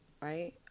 Right